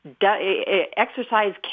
exercise